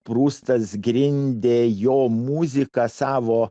prustas grindė jo muziką savo